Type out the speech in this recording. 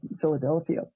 Philadelphia